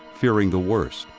fearing the worst.